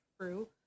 true